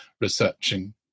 researching